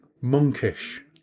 monkish